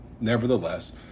nevertheless